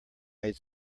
made